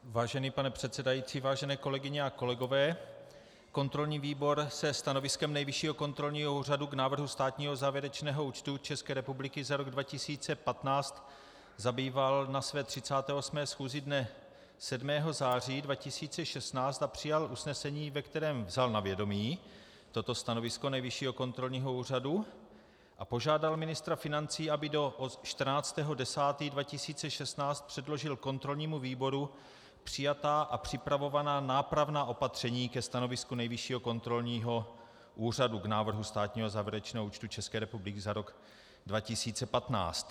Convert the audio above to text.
Vážený pane předsedající, vážené kolegyně a kolegové, kontrolní výbor se stanoviskem Nejvyššího kontrolního úřadu k návrhu státního závěrečného účtu České republiky za rok 2015 zabýval na své 38. schůzi dne 7. září 2016 a přijal usnesení, ve kterém vzal na vědomí toto stanovisko Nejvyššího kontrolního úřadu a požádal ministra financí, aby do 14. 10. 2016 předložil kontrolnímu výboru přijatá a připravovaná nápravná opatření ke stanovisku Nejvyššího kontrolního úřadu k návrhu státního závěrečného účtu České republiky za rok 2015.